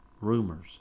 rumors